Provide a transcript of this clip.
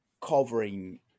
covering